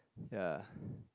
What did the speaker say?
ya